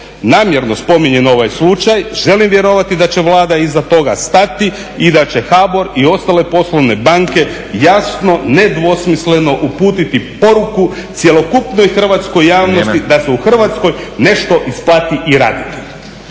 namjerno spominjem ovaj slučaj, želim vjerovati da će Vlada iza toga stati i da će HABOR i ostale poslovne banke jasno, nedvosmisleno uputiti poruku cjelokupnoj hrvatskoj javnosti da se u Hrvatskoj nešto isplati i raditi.